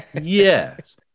Yes